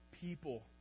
people